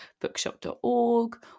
bookshop.org